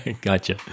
Gotcha